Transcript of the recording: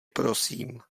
prosím